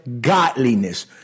godliness